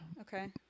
Okay